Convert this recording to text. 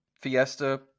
Fiesta